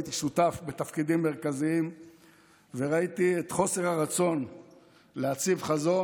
והייתי שותף בתפקידים מרכזיים וראיתי את חוסר הרצון להציב חזון,